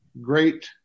great